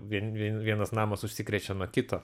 vien vien vienas namas užsikrečia nuo kito